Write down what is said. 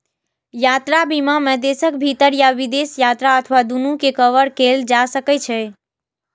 यात्रा बीमा मे देशक भीतर या विदेश यात्रा अथवा दूनू कें कवर कैल जा सकै छै